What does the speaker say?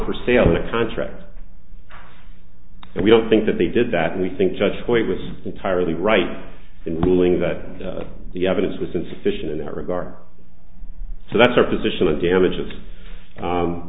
for sale the contract and we don't think that they did that and we think judge white was entirely right in ruling that the evidence was insufficient in that regard so that's our position of damages